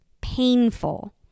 painful